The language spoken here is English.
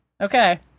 Okay